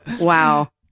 Wow